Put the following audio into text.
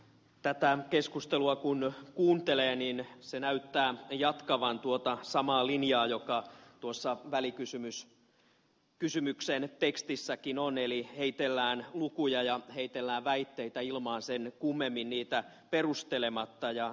tätä keskustelua kun kuuntelee niin se näyttää jatkavan tuota samaa linjaa joka tuossa välikysymyksen tekstissäkin on eli heitellään lukuja ja heitellään väitteitä ilmaan sen kummemmin niitä perustelematta